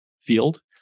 field